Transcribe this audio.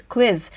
Quiz